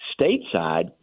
stateside